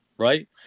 Right